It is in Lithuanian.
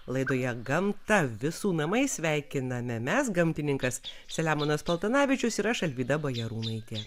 laidoje gamta visų namai sveikiname mes gamtininkas selemonas paltanavičius ir aš alvyda bajarūnaitė